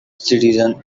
citizens